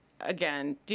again